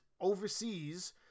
overseas